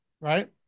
Right